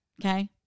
Okay